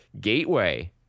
Gateway